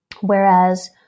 Whereas